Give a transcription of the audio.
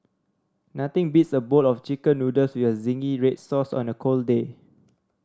nothing beats a bowl of Chicken Noodles with zingy red sauce on a cold day